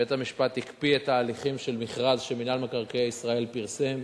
בית-המשפט הקפיא את ההליכים של מכרז שמינהל מקרקעי ישראל פרסם.